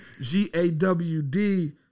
G-A-W-D